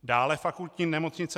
Dále Fakultní nemocnice